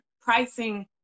pricing